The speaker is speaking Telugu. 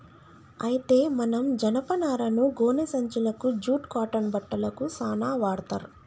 అయితే మనం జనపనారను గోనే సంచులకు జూట్ కాటన్ బట్టలకు సాన వాడ్తర్